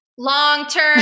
Long-term